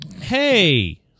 Hey